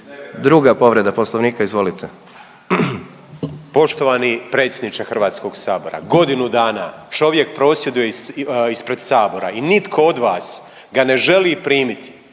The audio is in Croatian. Druga povreda poslovnika izvolite. **Grmoja, Nikola (MOST)** Poštovani predsjedniče HS-a godinu dana čovjek prosvjeduje ispred Sabora i nitko od vas ga ne želi primiti